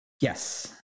Yes